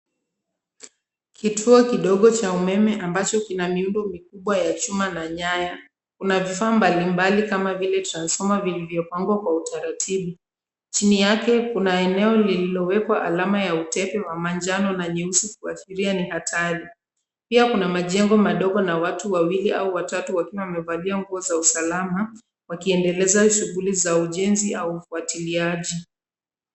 Kituo kidogo cha umeme ambacho kina miundo mikubwa ya chuma na nyaya. Kuna vifaa mbalimbali kama vile transformer vilivyopangwa kwa utaratibu. Chini yake kuna eneo lililowekwa alama ya utepe wa manjano na nyeusi kuashiria ni hatari. Pia kuna majengo madogo na watu wawili au watatu wakiwa wamevalia nguo za usalama wakiendeleza shughuli za ujenzi au ufuatiliaji.